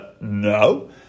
No